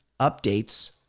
updates